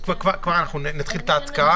אז כבר אנחנו נתחיל את ההקראה.